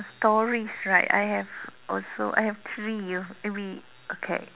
stories right I have also I have three uh we okay